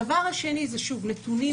הדבר השני זה נתונים